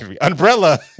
Umbrella